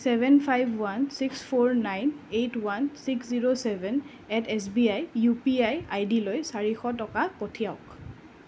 seven five one six four nine eight one six zero seven at S B I U P I I ডিলৈ চাৰিশ টকা পঠিয়াওঁক